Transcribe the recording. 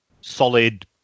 solid